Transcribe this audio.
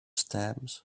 stamps